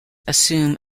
assume